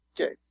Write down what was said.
Okay